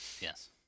yes